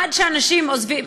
עד שאנשים עוזבים,